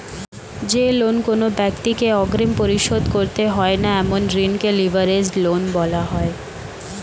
যে লোন কোনো ব্যাক্তিকে অগ্রিম পরিশোধ করতে হয় না এমন ঋণকে লিভারেজড লোন বলা হয়